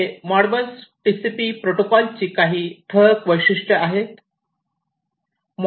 येथे Modbus TCP प्रोटोकॉलची काही ठळक वैशिष्ट्ये आहेत